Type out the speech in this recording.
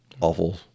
awful